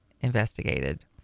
investigated